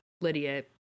Lydia